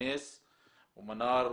ומנר זדן.